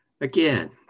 Again